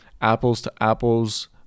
apples-to-apples